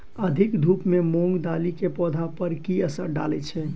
अधिक धूप सँ मूंग दालि केँ पौधा पर की असर डालय छै?